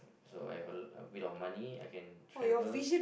so I have a lot a bit of money I can travel